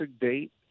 date